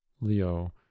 leo